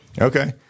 okay